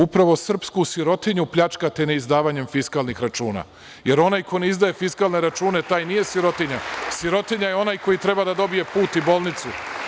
Upravo srpsku sirotinju pljačkate neizdavanjem fiskalnih računa, jer onaj ko ne izdaje fisklane račune taj nije sirotinja, sirotinja je onaj koji treba da dobije put i bolnicu.